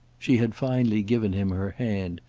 she had finally given him her hand,